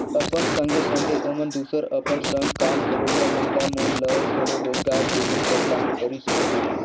अपन संघे संघे ओमन दूसर अपन संग काम करोइया महिला मन ल घलो रोजगार देहे कर काम करिस अहे